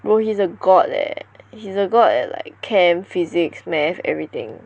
bro he's a god leh he's a god at like chem physics math everything